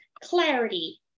clarity